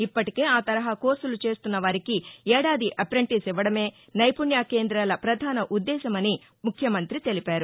ఇప్పటికే ఆ తరహా కోర్సులు చేస్తున్న వారికి ఏడాది అపెంటిస్ ఇవ్వడమే నైపుణ్య కేందాల ప్రధాన ఉద్దేశం అని ముఖ్యమంతి తెలిపారు